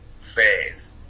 phase